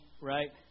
Right